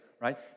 right